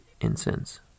incense